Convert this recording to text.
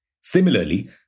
Similarly